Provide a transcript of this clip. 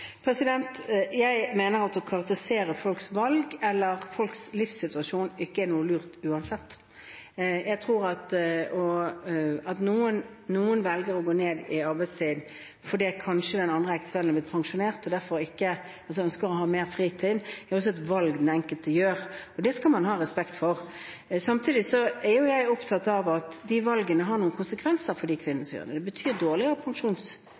Jeg mener at å karakterisere folks valg eller folks livssituasjon ikke er noe lurt uansett. Jeg tror at noen velger å gå ned i arbeidstid fordi den andre ektefellen kanskje er blitt pensjonert, og derfor ønsker å ha mer fritid. Det er også et valg den enkelte gjør, og det skal man ha respekt for. Samtidig er jeg opptatt av at de valgene har noen konsekvenser for de kvinnene som gjør det. Det betyr dårligere